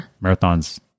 Marathon's